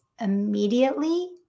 immediately